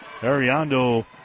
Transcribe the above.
Ariando